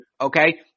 Okay